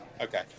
Okay